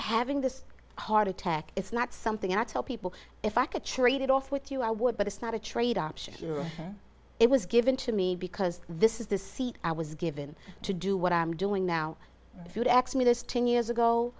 having this heart attack it's not something i tell people if i could trade it off with you i would but it's not a trade option it was given to me because this is the seat i was given to do what i'm doing now if you'd ax me this ten years ago